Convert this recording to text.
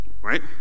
right